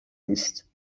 ist